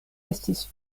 estis